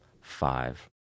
five